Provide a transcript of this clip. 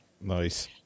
Nice